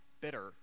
bitter